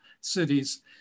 cities